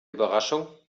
überraschung